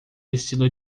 estilo